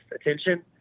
attention